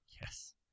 Yes